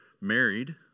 married